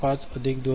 5 अधिक 2